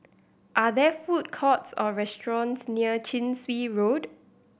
are there food courts or restaurants near Chin Swee Road